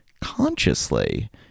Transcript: consciously